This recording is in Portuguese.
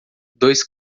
dois